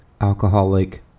alcoholic